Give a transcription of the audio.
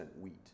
wheat